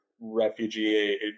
refugee